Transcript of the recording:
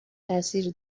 تاثیر